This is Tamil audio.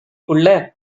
குள்ள